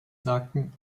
sagten